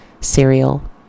cereal